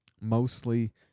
Mostly